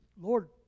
Lord